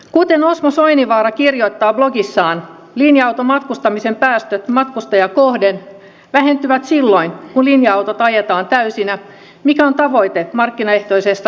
kuten osmo soininvaara kirjoittaa blogissaan linja automatkustamisen päästöt matkustajaa kohden vähentyvät silloin kun linja autot ajetaan täysinä mikä on tavoite markkinaehtoisessa linja autoliikenteessä